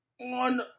on